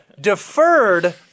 deferred